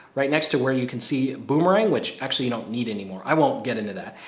right next to where you can see boomerang, which actually you don't need anymore. i won't get into that.